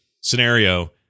scenario